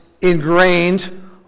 ingrained